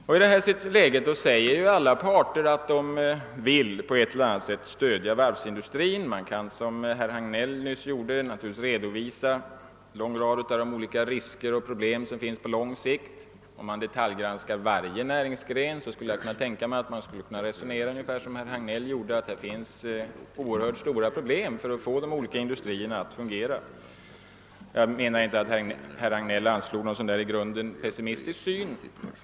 I detta läge säger aila parter att de på något sätt vill stödja varvsindustrin. Man kan, som herr Hagnell nyss gjorde, naturligtvis redovisa en lång rad av de olika risker och problem som finns på lång sikt. Om man detaljgranskar varje näringsgren, skulle jag kunna tänka mig att man kunde resonera ungefär så som herr Hagnell gjorde, nämligen att det finns oerhört stora problem när det gäller att få de olika industrierna att fungera. Jag anser inte att herr Hagnell hade någon i grunden pessimistisk syn.